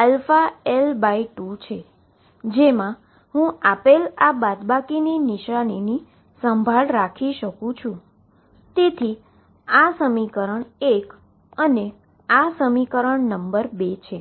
αAe αL2 છે જેમા હું આપેલ આ બાદબાકીની નિશાનીની સંભાળ રાખી શકું છું તેથી આ સમીકરણ 1 અને સમીકરણ 2 છે